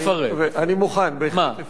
אני מוכן בהחלט לפרט.